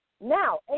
Now